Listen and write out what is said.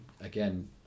again